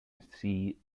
see